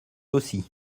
aussi